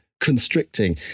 constricting